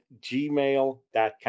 gmail.com